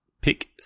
pick